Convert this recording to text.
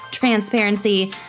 transparency